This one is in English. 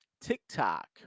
TikTok